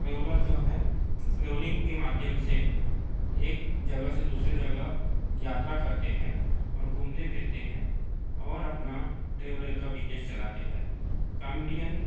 traveller जो है travelling के माध्यम से एक से दूसरे जगह यात्रा करते हैं और घूमते फिरते हैं और अपना ट्रेवलर का बिज़नेस चलाते हैं कॉमेडियन